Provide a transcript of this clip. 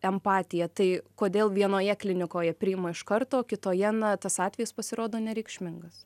empatija tai kodėl vienoje klinikoje priima iš karto kitoje na tas atvejis pasirodo nereikšmingas